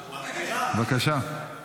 בבקשה.